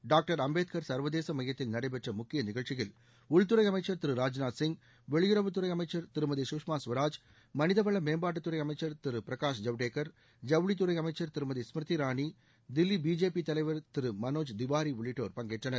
doctor Ambedkar சர்வதேச மையத்தில் நடைபெற்ற முக்கிய நிகழ்ச்சியில் உள்துறை அமைச்சர் திரு ராஜ்நாத் சிங் வெளியுறவுத்துறை அமைச்சர் திருமதி சுஷ்மா சுவராஜ் மனிதவள மேம்பாட்டுத்துறை அமைச்சர் திரு பிரகாஷ் ஜவடேகர் ஜவுளித்துறை அமைச்சர் திருமதி ஸ்மிருதி இரானி தில்வி பிஜேபி தலைவர் திரு மனோஜ் திவாரி உள்ளிட்டோர் பங்கேற்றனர்